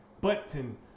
Button